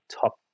Top